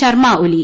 Sharma Oli